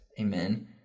amen